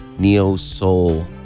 neo-soul